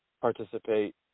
participate